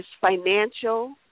financial